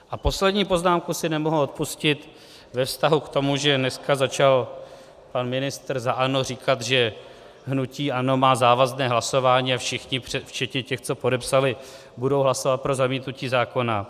A poslední poznámku si nemohu odpustit ve vztahu k tomu, že dneska začal pan ministr za ANO říkat, že hnutí ANO má závazné hlasování a včetně těch, co podepsali, budou hlasovat pro zamítnutí zákona.